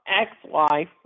ex-wife